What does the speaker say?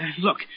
look